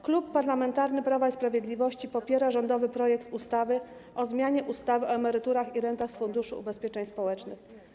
Klub Parlamentarny Prawo i Sprawiedliwość popiera rządowy projekt ustawy o zmianie ustawy o emeryturach i rentach z Funduszu Ubezpieczeń Społecznych.